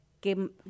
que